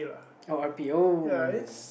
oh R_P oh